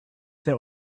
that